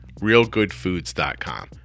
RealGoodFoods.com